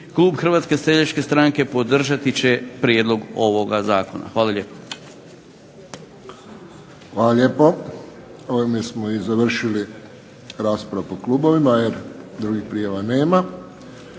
klub Hrvatske seljačke stranke podržati će prijedlog ovoga zakona. Hvala lijepo. **Friščić, Josip (HSS)** Hvala lijepo. Ovime smo i završili raspravu po klubovima jer drugih prijava nema.